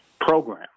program